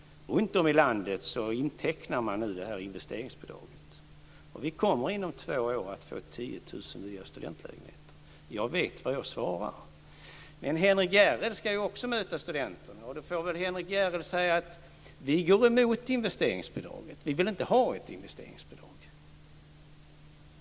Runtom i landet intecknar man nu det här investeringsbidraget. Inom två år kommer vi att få 10 000 nya studentlägenheter. Jag vet vad jag svarar. Henrik Järrel ska ju också möta studenterna. Då får väl Henrik Järrel säga: Vi går emot investeringsbidraget. Vi vill inte ha ett investeringsbidrag.